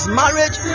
marriage